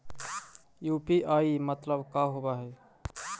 UPI मतलब का होब हइ?